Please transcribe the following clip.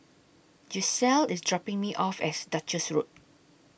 Gisselle IS dropping Me off At Duchess Road